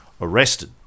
arrested